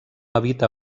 evita